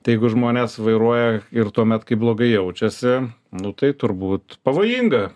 tai jeigu žmonės vairuoja ir tuomet kai blogai jaučiasi nu tai turbūt pavojinga